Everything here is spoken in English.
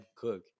cook